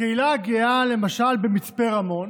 הקהילה הגאה במצפה רמון